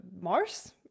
Mars